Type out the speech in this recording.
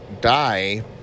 die